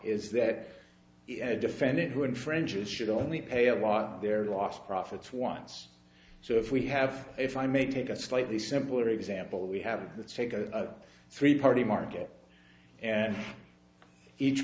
is that a defendant who infringes should only pay a lot of their lost profits once so if we have if i may take a slightly simpler example we have let's take a three party market and each